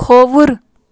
کھووُر